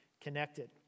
connected